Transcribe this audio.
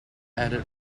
added